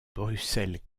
bruxelles